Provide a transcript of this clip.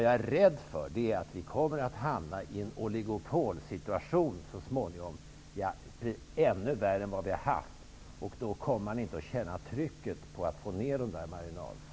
Jag är rädd för att vi kommer att hamna i en oligopolsituation så småningom som är ännu värre än den vi har haft. Då kommer man inte att känna trycket på att få ned marginalerna.